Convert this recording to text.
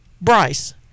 Bryce